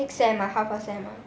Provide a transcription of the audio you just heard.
next sem ah half a sem ah